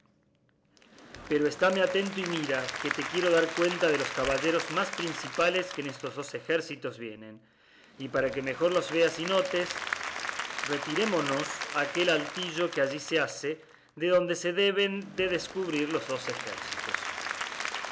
pero estáme atento y mira que te quiero dar cuenta de los caballeros más principales que en estos dos ejércitos vienen y para que mejor los veas y notes retirémonos a aquel altillo que allí se hace de donde se deben de descubrir los dos ejércitos